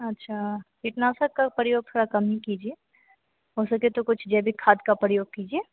अच्छा कीटनाशक का प्रयोग थोड़ा कम ही कीजिए हो सके तो कुछ जैविक खाद का प्रयोग कीजिए